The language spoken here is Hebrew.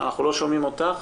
לא שומעים אותה.